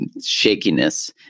shakiness